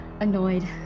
annoyed